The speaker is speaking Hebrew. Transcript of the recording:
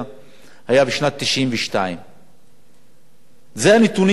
1992. אלה הנתונים של היישובים הדרוזיים.